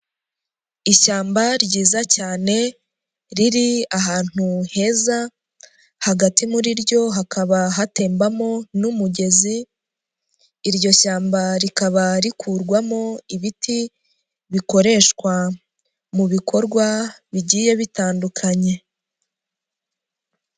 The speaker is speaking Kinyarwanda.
Ishyamba ryiza cyane, riri ahantu heza, hagati muri ryo hakaba hatembamo n'umugezi, iryo shyamba rikaba rikurwamo ibiti, bikoreshwa mu bikorwa bigiye bitandukanye.